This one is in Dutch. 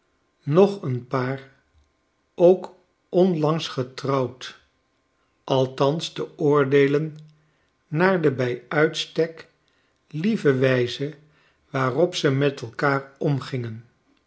nog een paar oo k onlangs getrouwd althans te oordeelen naar de bij uitstek lieve wijze waarop ze met elkaar omgingen